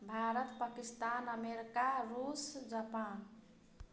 Bharat Pakistan America रूस Japan